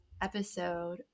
episode